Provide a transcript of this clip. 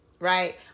right